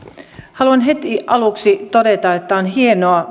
haluan heti aluksi todeta että on hienoa